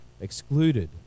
excluded